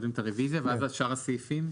קודם את הרוויזיה ואז על שאר הסעיפים?